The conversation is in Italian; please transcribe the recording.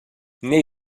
nei